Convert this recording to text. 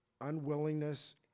unwillingness